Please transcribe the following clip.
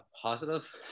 Positive